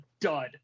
dud